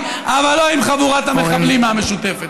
עם עיסאווי אבל לא עם חבורת המחבלים מהמשותפת.